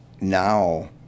now